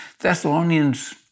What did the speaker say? Thessalonians